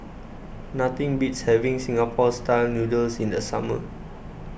nothing beats having Singapore Style Noodles in the summer